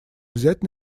взять